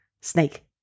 Snake